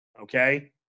Okay